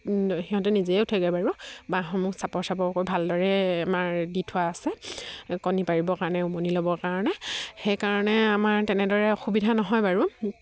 সিহঁতে নিজেই উঠেগৈ বাৰু বাঁহসমূহ চাপৰ চাপৰকৈ ভালদৰে আমাৰ দি থোৱা আছে কণী পাৰিবৰ কাৰণে উমনি ল'বৰ কাৰণে সেইকাৰণে আমাৰ তেনেদৰে অসুবিধা নহয় বাৰু